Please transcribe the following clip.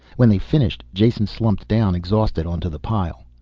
when they finished jason slumped down, exhausted, onto the pile.